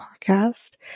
Podcast